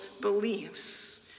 beliefs